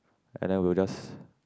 and then we'll just